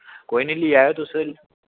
कोई निं लेई आएओ तुस